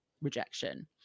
rejection